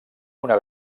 una